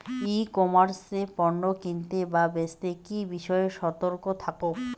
ই commerce এ পণ্য কিনতে বা বেচতে কি বিষয়ে সতর্ক থাকব?